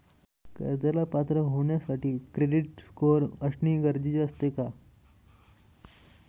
कर्जाला पात्र होण्यासाठी क्रेडिट स्कोअर असणे गरजेचे असते का?